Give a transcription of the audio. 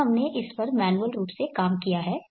अब हमने इस पर मैन्युअल रूप से काम किया है